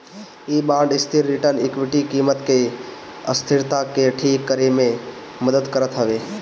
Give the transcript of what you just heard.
इ बांड स्थिर return equity कीमत के अस्थिरता के ठीक करे में मदद करत हवे